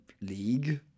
League